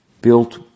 built